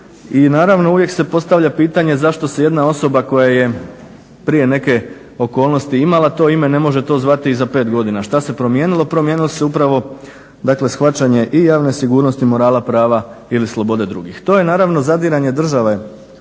I naravno uvijek se postavlja pitanje zašto se jedna osoba koja je prije neke okolnosti imala to ime ne može to zvati i za 5 godina. Šta se promijenilo? Promijenilo se upravo shvaćanje i javne sigurnosti morala prava ili slobode drugih. To je naravno zadiranje države